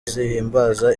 zihimbaza